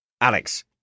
Alex